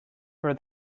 for